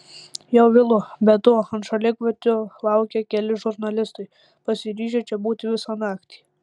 jau vėlu be to ant šaligatvio laukia keli žurnalistai pasiryžę čia būti visą naktį